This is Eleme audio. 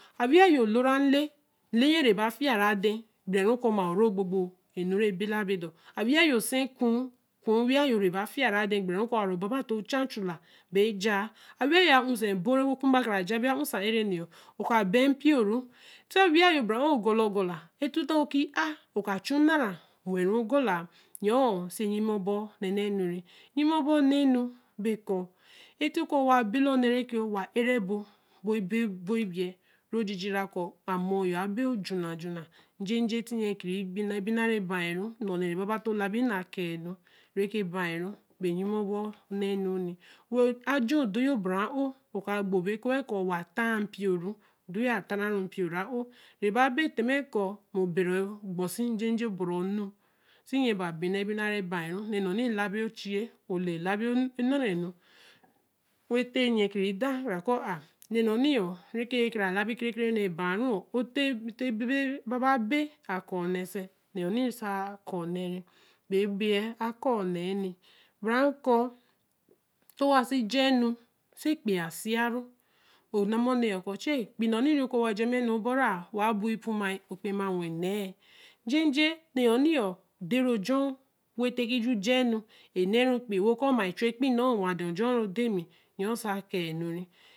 A wi yayo loo i a lee n lee ya re ba fiya ru ihan gbire ru ma oru gbo gbo enu re be la bo dor a wi ya yo san ekuu kuu wiya yo re ba fiya ru ihan gbere ru koo ru baba tōo cha chula ban jaa wiya yo a hm san ebo ru ku-ku mba ka ra jaa bannoi oka baa npio ru awiya yo ba ra nu ofor laa yin ogor la e toō ki aa oka chu nare wen ru ofor laa yōō se lyime obot naa naa re lyime ober onaa nu be kōō eta ke wa bina onee re ke ere bor ebo ebei ru jiji ra koo amoyor abe junajuna, njeje ti yen kire bina ebina ra baa ru, o nee yo re baba too labi enee nu ree ba yin ru lyime bor na nno wani wen ajer odoo yo bara o, o ka gbo baa koo koo mu wa taa npio ru odoo yo a taa ra ru opio ra o re ba be tima koo o bere kpo si njeje bere onu se yen ba bina ebina re ban ru onee nno labi ochuiyea o nee nno labi ole wen te yen kire da a koo arr nee nno nni yo re kara labi kere kere nu ra baru wor ebaba be a kaa o nee se, nōō nni saa kaa onee re be ebeyea kaa onee gbere ru kōō owa se jaa nu epei ase ya ru olama onēē kōo epeii ase ya ru olama onēē kōō epeii ru waja me nu obor ra wa boyin po ma okpe ma wen nēē njeje onēē yo nni den ru jobio wen te ke kiju jaa nu e nēē re epeii wo koo ma ra chi epeii nno wen ihan jo ho ru den mi yoo sa kaa jure